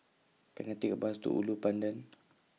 Can I Take A Bus to Ulu Pandan